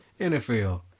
NFL